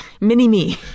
Mini-me